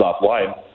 offline